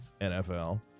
NFL